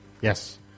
Yes